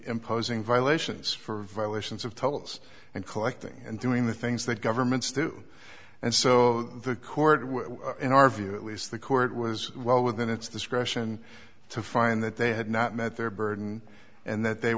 imposing violations for violations of tolls and collecting and doing the things that governments do and so the court in our view at least the court was well within its discretion to find that they had not met their burden and that they